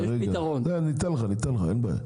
אני אתן לך לדבר.